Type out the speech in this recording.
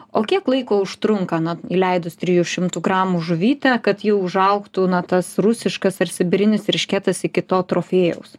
o kiek laiko užtrunka na įleidus trijų šimtų gramų žuvytę kad ji užaugtų na tas rusiškas ar sibirinis eršketas iki to trofėjaus